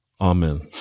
Amen